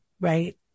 right